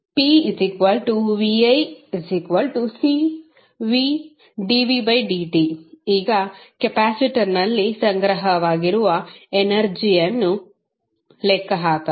pviCvdvdt ಈಗ ಕೆಪಾಸಿಟರ್ನಲ್ಲಿ ಸಂಗ್ರಹವಾಗಿರುವಎನರ್ಜಿಯನ್ನು ಲೆಕ್ಕಹಾಕಲು